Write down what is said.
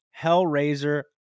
hellraiser